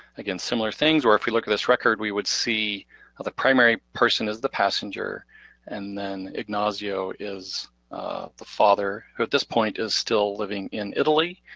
again, similar things where if you look at this record, we would see ah the primary person is the passenger and then ignacio is the father, who at this point is still living in italy,